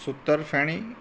સુત્તરફેણી